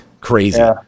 crazy